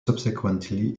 subsequently